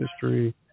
History